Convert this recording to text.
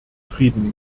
frieden